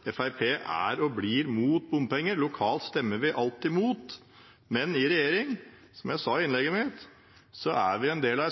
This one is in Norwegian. Fremskrittspartiet er og blir imot bompenger. Lokalt stemmer vi alltid imot, men i regjering – som jeg sa i innlegget mitt – er vi en del av